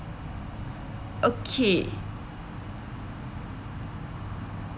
okay